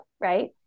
right